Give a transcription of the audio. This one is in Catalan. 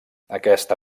aquesta